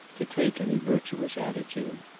to take any virtuous attitude.